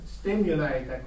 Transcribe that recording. stimulate